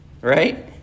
Right